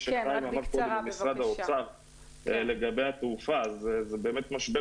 שחיים ממשרד האוצר אמר לגבי התעופה: זה באמת משבר